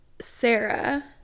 Sarah